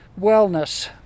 wellness